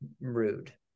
rude